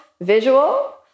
visual